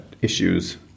issues